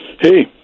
Hey